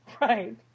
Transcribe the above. Right